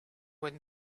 when